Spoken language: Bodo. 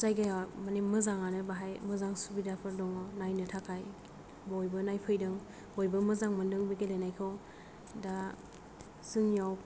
जायगाया मानि मोजाङानो बाहाय मोजां सुबिधाफोर दं नायनो थाखाय बयबो नायफैदों बयबो मोजां मोनदों बे गेलेनायखौ दा जोंनियाव